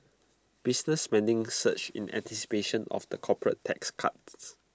business spending surged in anticipation of the corporate tax cuts